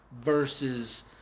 versus